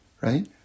right